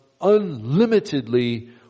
unlimitedly